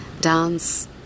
dance